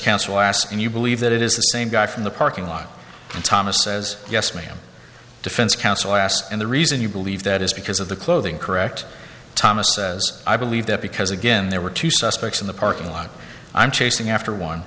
counsel asked and you believe that it is the same guy from the parking lot and thomas says yes ma'am defense counsel asked and the reason you believe that is because of the clothing correct thomas says i believe that because again there were two suspects in the parking lot i'm chasing after one